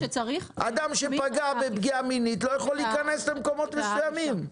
אדם שפגע פגיעה מינית לא יכול להיכנס למקומות מסוימים.